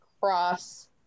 Cross